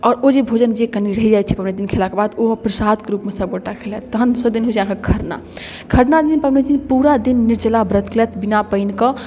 आओर ओ जे भोजन जे कनि रहि जाए छै ओ प्रसाद रूपमे सबगोटा खएलथि तहन दोसर दिन जाकऽ खरना खरना दिन पबनैतिन पूरा दिन निर्जला व्रत कएलथि बिना पानिके